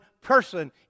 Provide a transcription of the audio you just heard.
person